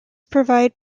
provide